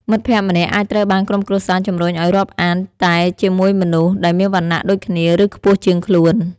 មិត្តភក្តិម្នាក់អាចត្រូវបានក្រុមគ្រួសារជំរុញឱ្យរាប់អានតែជាមួយមនុស្សដែលមានវណ្ណៈដូចគ្នា ឬខ្ពស់ជាងខ្លួន។